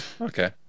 okay